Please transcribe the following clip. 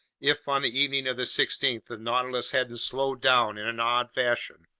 if, on the evening of the sixteenth, the nautilus hadn't slowed down in an odd fashion.